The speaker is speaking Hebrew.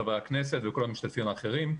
חברי הכנסת וכל המשתתפים האחרים,